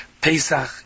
Pesach